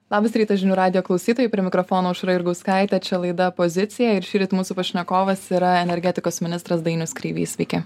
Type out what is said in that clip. labas rytas žinių radijo klausytojai prie mikrofono aušra jurgauskaitė čia laida pozicija ir šįryt mūsų pašnekovas yra energetikos ministras dainius kreivys sveiki